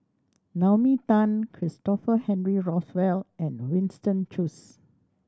Naomi Tan Christopher Henry Rothwell and Winston Choos